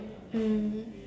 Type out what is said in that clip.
mm